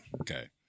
Okay